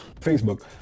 Facebook